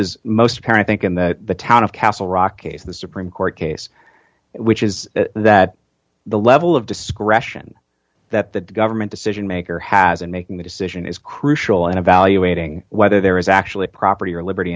is most apparent think in the town of castle rock case the supreme court case which is that the level of discretion that the government decision maker has in making the decision is crucial in evaluating whether there is actually a property or liberty